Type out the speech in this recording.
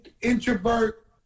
introvert